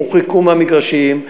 הורחקו מהמגרשים.